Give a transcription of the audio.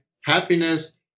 happiness